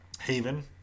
haven